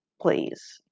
Please